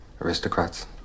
aristocrats